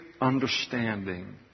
understanding